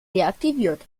deaktiviert